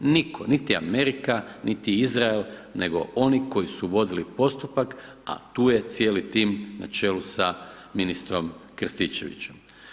Nitko, niti Amerika, niti Izrael nego oni koji su vodili postupak a tu je cijeli tim na čelu sa ministrom Krstičevićem.